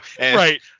right